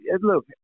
look